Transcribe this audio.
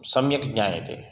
सम्यक् ज्ञायते